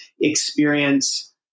experience